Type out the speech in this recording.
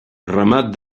ramat